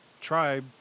tribe